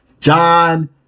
John